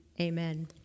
Amen